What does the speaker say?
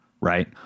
right